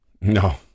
No